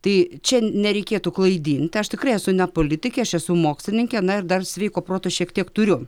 tai čia nereikėtų klaidinti aš tikrai esu ne politikė aš esu mokslininkė na ir dar sveiko proto šiek tiek turiu